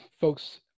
folks